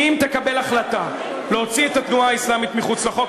אם היא תקבל החלטה להוציא את התנועה האסלאמית מחוץ לחוק,